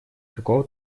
какого